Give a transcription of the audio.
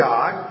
God